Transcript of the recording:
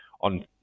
on